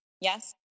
Yes